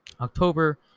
October